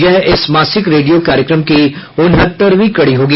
यह इस मासिक रेडियो कार्यक्रम की उनहत्तरवीं कड़ी होगी